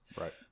right